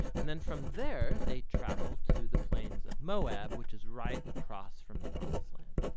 and then from there they travel to the plains of moab, which is right across from the promised land.